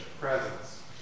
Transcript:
presence